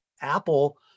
Apple